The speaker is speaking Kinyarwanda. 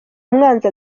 umwanzi